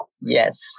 Yes